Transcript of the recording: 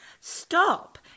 Stop